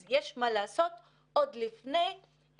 אז יש מה לעשות עוד לפני האוניברסיטאות.